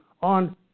on